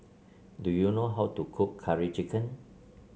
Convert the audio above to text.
do you know how to cook Curry Chicken